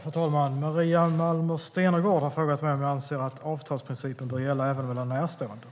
Fru talman! Maria Malmer Stenergard har frågat mig om jag anser att avtalsprincipen bör gälla även mellan närstående.